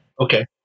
Okay